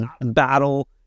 Battle